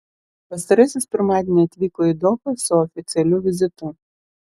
pastarasis pirmadienį atvyko į dohą su oficialiu vizitu